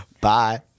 Bye